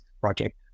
project